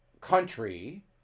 country